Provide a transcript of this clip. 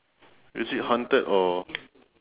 is it haunted or